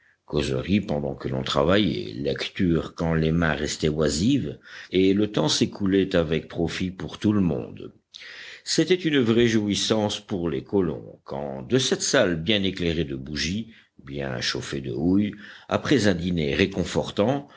causerie pendant que l'on travaillait lecture quand les mains restaient oisives et le temps s'écoulait avec profit pour tout le monde c'était une vraie jouissance pour les colons quand de cette salle bien éclairée de bougies bien chauffée de houille après un dîner réconfortant